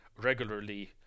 regularly